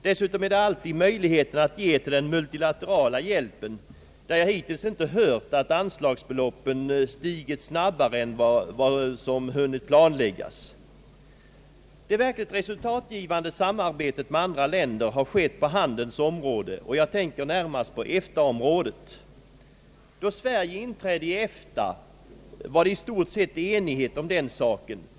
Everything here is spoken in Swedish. Dessutom finns det alltid möjligheter att ge till den multilaterala hjälpen, där jag hittills inte har hört att anslagsbeloppen stigit snabbare än vad som hunnit planläggas. Det verkligt resultatgivande samarbetet med andra länder har skett på handelns område, och jag tänker då närmast på EFTA-området. Då Sverige inträdde i EFTA, rådde i stort sett enighet om den saken.